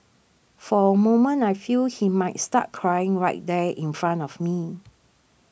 for a moment I feel he might start crying right there in front of me